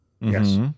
Yes